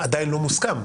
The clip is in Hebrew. עדיין לא מוסכם,